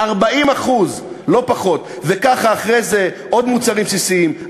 לא פחות, וככה, אחרי זה, עוד מוצרים בסיסיים.